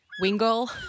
wingle